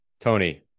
Tony